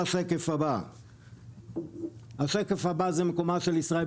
השקף הבא הוא מקומה של ישראל.